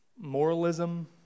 moralism